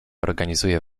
organizuje